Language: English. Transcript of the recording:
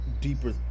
deeper